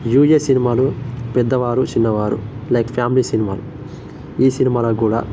UA సినిమాలు పెద్దవారు చిన్నవారు లైక్ ఫ్యామిలీ సినిమాలు ఈ సినిమాలకు కూడా